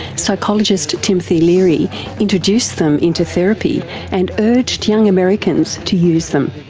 psychologist timothy leary introduced them into therapy and urged young americans to use them.